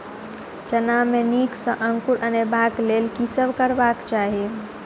चना मे नीक सँ अंकुर अनेबाक लेल की सब करबाक चाहि?